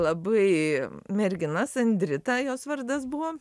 labai mergina sandrita jos vardas buvo